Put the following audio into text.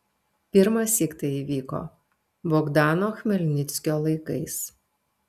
pirmąsyk tai įvyko bogdano chmelnickio laikais